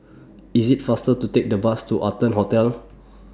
IS IT faster to Take The Bus to Arton Hotel